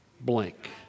blank